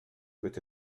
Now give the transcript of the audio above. peut